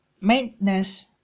maintenance